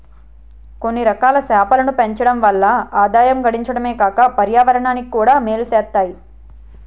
కొన్నిరకాల చేపలను పెంచడం వల్ల ఆదాయం గడించడమే కాక పర్యావరణానికి కూడా మేలు సేత్తాయి